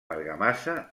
argamassa